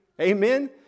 Amen